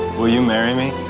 will you marry me.